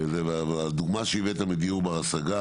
והדוגמה שהבאת בדיור בר השגה,